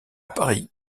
paris